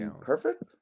Perfect